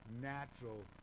natural